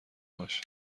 باش